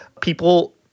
People